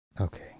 Okay